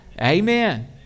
Amen